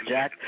Jack